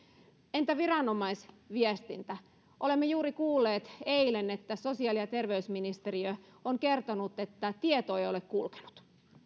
entä viranomaisviestintä olemme juuri eilen kuulleet että sosiaali ja terveysministeriö on kertonut että tieto ei ole kulkenut